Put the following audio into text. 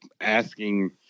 asking